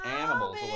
animals